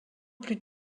plus